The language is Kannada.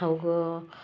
ಅವಾಗೂ